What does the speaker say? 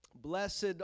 Blessed